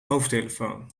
hoofdtelefoon